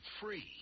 free